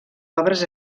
obres